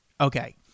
Okay